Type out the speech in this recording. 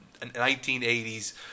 1980s